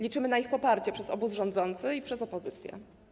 Liczymy na ich poparcie przez obóz rządzący i przez opozycję.